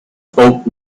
folk